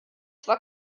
zwar